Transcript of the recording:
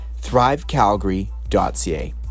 thrivecalgary.ca